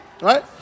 right